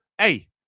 hey